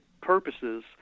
purposes